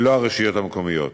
ולא הרשויות המקומיות.